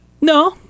No